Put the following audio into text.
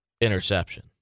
interception